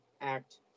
act